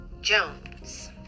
Jones